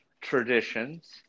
traditions